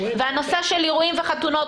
הנושא של אירועים וחתונות,